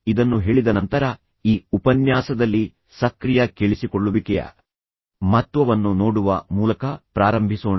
ಇದನ್ನು ಹೇಳಿದ ನಂತರ ಈ ಉಪನ್ಯಾಸದಲ್ಲಿ ಸಕ್ರಿಯ ಕೇಳಿಸಿಕೊಳ್ಳುವಿಕೆಯ ಮಹತ್ವವನ್ನು ನೋಡುವ ಮೂಲಕ ಪ್ರಾರಂಭಿಸೋಣ